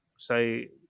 say